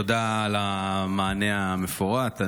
תודה על המענה המפורט.